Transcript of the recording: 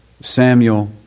Samuel